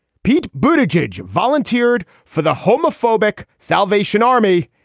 pete bhuta jej jej volunteered for the homophobic salvation army,